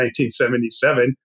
1977